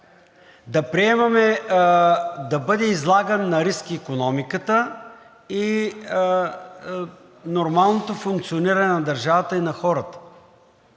да бъде излагана на риск икономиката и нормалното функциониране на държавата и на хората.